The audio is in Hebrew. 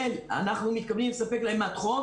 אנחנו מתכוונים לספק להן מד חום,